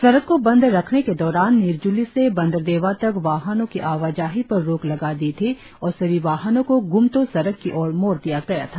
सड़क को बंद रखने के दौरान निरजुली से बंदरदेवा तक वाहनों की आवाजाही पर रोक लगा दी थी और सभी वाहनों को गुमतो सड़क की ओर मोड़ दिया गया था